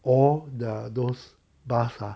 or the those bus ah